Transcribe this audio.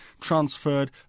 transferred